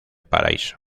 paraíso